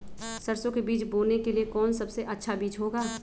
सरसो के बीज बोने के लिए कौन सबसे अच्छा बीज होगा?